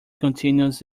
continues